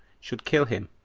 should kill him,